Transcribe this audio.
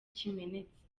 kimenetse